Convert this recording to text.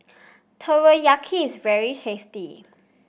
teriyaki is very tasty